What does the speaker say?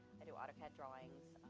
i do autocad drawings,